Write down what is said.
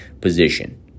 position